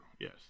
Yes